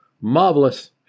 marvelous